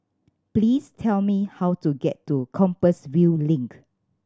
please tell me how to get to Compassvale Link